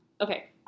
okay